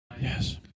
Yes